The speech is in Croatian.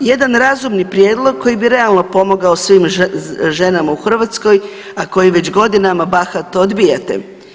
Jedan razumni prijedlog koji bi realno pomogao svim ženama u Hrvatskoj, a koji već godinama bahato odbijate.